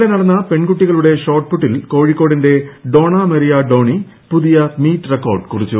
ഇന്നലെ നടന്ന പെൺകുട്ടികളുടെ ഷോട്ട് പുട്ടിൽ കോഴിക്കോടിന്റെ ഡോണ മരിയ ഡോണി പുതിയ മീറ്റ് റിക്കാർഡ് കുറിച്ചു